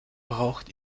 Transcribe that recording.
braucht